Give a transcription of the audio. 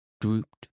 drooped